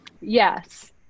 yes